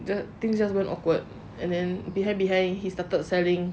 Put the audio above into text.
things just awkward and then behind behind he started selling